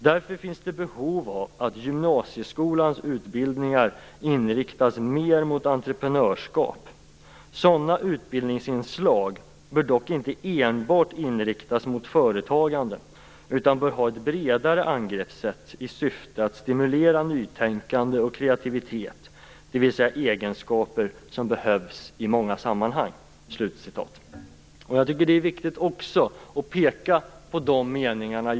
Därför finns det behov av att gymnasieskolans utbildningar inriktas mer mot entreprenörskap. Sådana utbildningsinslag bör dock inte enbart inriktas mot företagande utan bör ha ett bredare angreppssätt i syfte att stimulera nytänkande och kreativitet, dvs. egenskaper som behövs i många sammanhang. Det är viktigt att peka på dessa meningar.